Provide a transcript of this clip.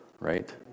right